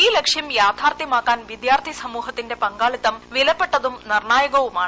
ഈ ലക്ഷ്യം യാഥാർത്ഥ്യമാക്കാൻ വിദ്യാർത്ഥി സമൂഹത്തിന്റെ പങ്കാളിത്തം വിലപ്പെട്ടതും നിർണ്ണായകവുമാണ്